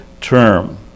term